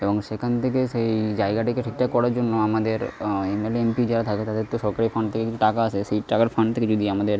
এবং সেখান থেকে সেই জায়গাটিকে ঠিকঠাক করার জন্য আমাদের এমএলএ এমপি যারা থাকে তাদের তো সরকারি ফান্ড থেকে কিছু টাকা আসে সেই টাকার ফান্ড থেকে যদি আমাদের